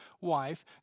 wife